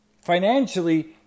Financially